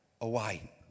away